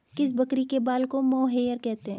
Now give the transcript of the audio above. किस बकरी के बाल को मोहेयर कहते हैं?